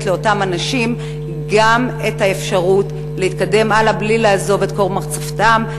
לאותם אנשים את האפשרות להתקדם בלי לעזוב את כור מחצבתם,